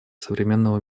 современного